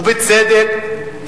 ובצדק,